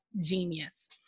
genius